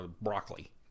broccoli